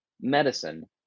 medicine